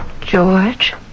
George